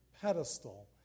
pedestal